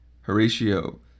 Horatio